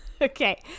okay